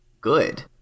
good